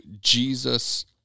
Jesus